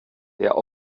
der